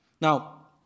Now